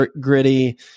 gritty